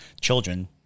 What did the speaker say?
children